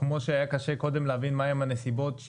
כמו שהיה קודם קשה להבין מה הן הנסיבות.